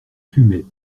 fumait